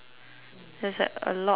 there's like a lot of pet peeves